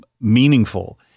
meaningful—